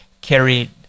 carried